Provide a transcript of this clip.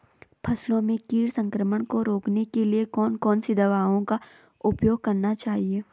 फसलों में कीट संक्रमण को रोकने के लिए कौन कौन सी दवाओं का उपयोग करना चाहिए?